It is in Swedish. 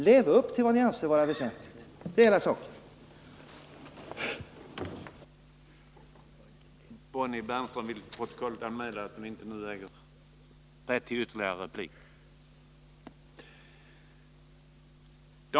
Lev upp till vad ni anser vara väsentligt — det var vad jag ville säga.